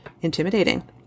intimidating